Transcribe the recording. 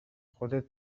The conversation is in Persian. خودت